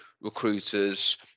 recruiters